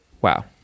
Wow